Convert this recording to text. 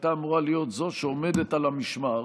שהייתה אמורה להיות זאת שעומדת על המשבר.